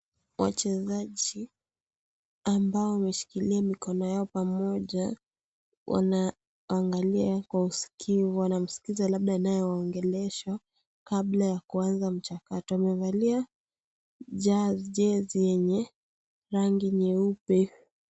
Wachezaji ambao wameshikilia mikono yao pamoja wanaangalia kwa uskivu, wanamskiza labda anayewaongelesha kabla ya kuanza mchakato, wamevalia jersey yenye rangi nyeupe.